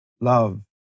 love